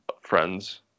friends